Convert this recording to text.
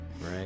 Right